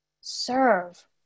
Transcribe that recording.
serve